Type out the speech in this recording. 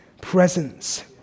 presence